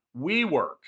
WeWork